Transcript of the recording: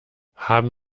haben